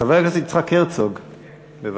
חבר הכנסת יצחק הרצוג, בבקשה.